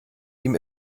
ihm